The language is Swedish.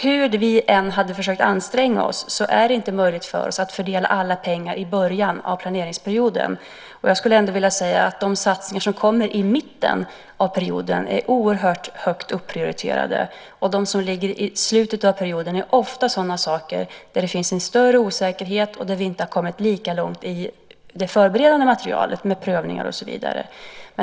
Hur vi än hade försökt anstränga oss är det inte möjligt för oss att fördela alla pengar i början av planeringsperioden. Jag skulle ändå vilja säga att de satsningar som kommer i mitten av perioden är oerhört högt prioriterade, och de som ligger i slutet av perioden är ofta sådana saker där det finns en större osäkerhet och där vi inte har kommit lika långt i det förberedande materialet med prövningar och så vidare.